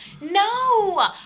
No